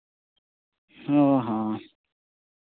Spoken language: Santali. ᱚ ᱦᱚᱸ